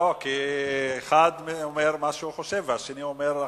לא, כי אחד אומר מה שהוא חושב והשני אומר אחרת,